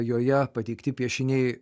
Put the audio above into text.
joje pateikti piešiniai